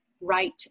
right